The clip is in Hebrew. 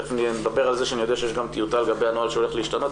ותיכף נדבר על זה שאני יודע שיש טיוטה לגבי הנוהל שהולך להשתנות,